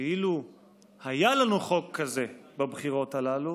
שאילו היה לנו חוק כזה בבחירות הללו,